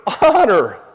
honor